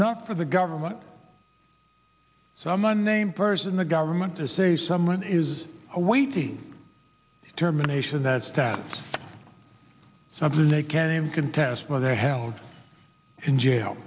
not for the government someone named person the government to see someone is awaiting terminations that status something they can contest where they're held in jail